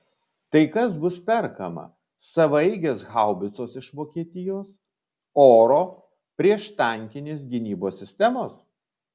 tai kas bus perkama savaeigės haubicos iš vokietijos oro prieštankinės gynybos sistemos